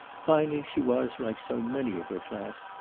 finally, she was, like so many of her class,